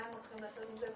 מה הם הולכים לעשות עם זה.